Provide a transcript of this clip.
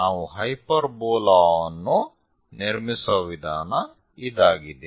ನಾವು ಹೈಪರ್ಬೋಲಾವನ್ನು ನಿರ್ಮಿಸುವ ವಿಧಾನ ಇದಾಗಿದೆ